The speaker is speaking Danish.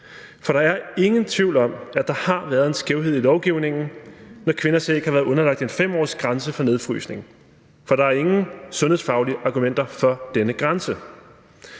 For der er ingen tvivl om, at der har været en skævhed i lovgivningen, når kvinder kan være underlagt en 5-årsgrænse for nedfrysning. Der er ingen sundhedsfaglig argumenter for denne grænse,